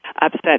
upset